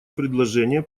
предложение